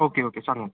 okay okay सांगात